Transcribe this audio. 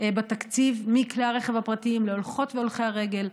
בתקציב מכלי הרכב הפרטיים, להולכות והולכי הרגל,